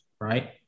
right